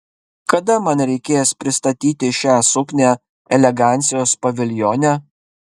kada man reikės pristatyti šią suknią elegancijos paviljone